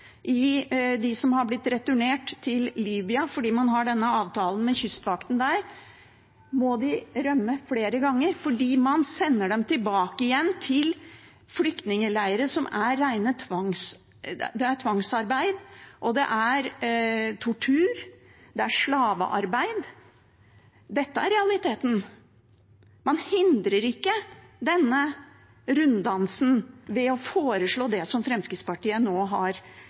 som har blitt returnert til Libya fordi man har denne avtalen med kystvakten der, må de rømme flere ganger fordi man sender dem tilbake til flyktningleirer hvor det er tvangsarbeid, tortur og slavearbeid. Dette er realiteten. Man hindrer ikke denne runddansen ved å foreslå det som Fremskrittspartiet har